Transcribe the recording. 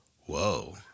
Whoa